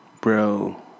Bro